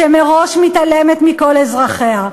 שמראש מתעלמת מכל אזרחיה.